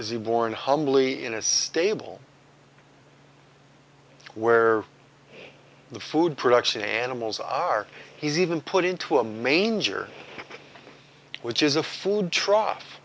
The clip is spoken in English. is he born humbly in a stable where the food production animals are he's even put into a manger which is a food trough